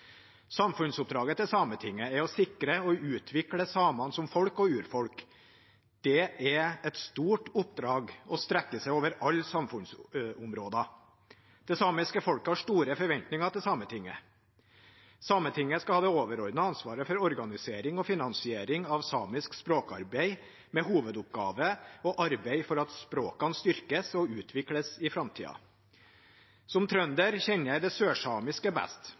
Samfunnsoppdraget til Sametinget er å sikre og utvikle samene som folk og urfolk. Det er et stort oppdrag og strekker seg over alle samfunnsområder. Det samiske folket har store forventninger til Sametinget. Sametinget skal ha det overordnede ansvaret for organisering og finansiering av samisk språkarbeid, med hovedoppgaven å arbeide for at språkene styrkes og utvikles i framtiden. Som trønder kjenner jeg det sørsamiske best.